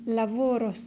lavoro